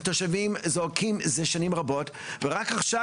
התושבים זועקים זה שנים רבות ורק עכשיו